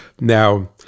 now